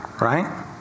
right